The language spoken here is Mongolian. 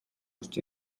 орж